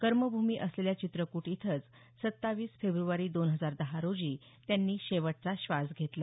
कर्मभ्रमी असलेल्या चित्रकूट इथंच सत्तावीस फेब्रवारी दोन हजार दहा रोजी त्यांनी शेवटचा श्वास घेतला